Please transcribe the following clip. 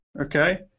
okay